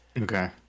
okay